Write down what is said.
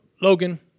Logan